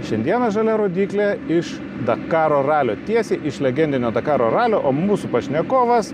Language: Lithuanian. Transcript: šiandieną žalia rodykle iš dakaro ralio tiesiai iš legendinio dakaro ralio o mūsų pašnekovas